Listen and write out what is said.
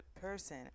person